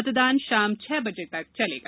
मतदान शाम छह बजे तक चलेगा